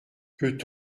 peut